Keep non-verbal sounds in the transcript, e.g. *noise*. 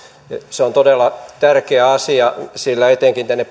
se on todella tärkeä asia sillä etenkin tänne *unintelligible*